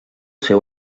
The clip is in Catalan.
ser